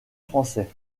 français